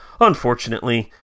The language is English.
unfortunately